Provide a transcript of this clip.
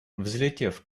взлетев